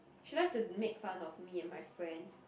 she like to make fun of me and my friends